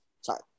Sorry